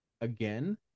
again